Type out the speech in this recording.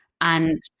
And-